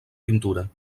pintura